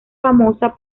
famosa